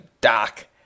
doc